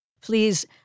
Please